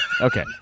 Okay